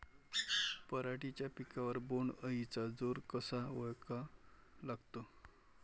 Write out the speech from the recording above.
पराटीच्या पिकावर बोण्ड अळीचा जोर कसा ओळखा लागते?